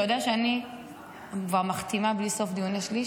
אתה יודע שאני כבר מחתימה בלי סוף דיוני שליש?